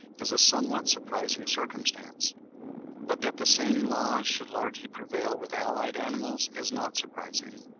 is a somewhat surprising circumstance. but that the same laws should largely prevail with allied animals is not surprising.